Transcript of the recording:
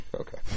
Okay